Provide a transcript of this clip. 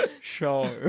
show